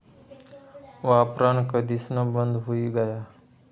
वापरान कधीसन बंद हुई गया